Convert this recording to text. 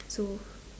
so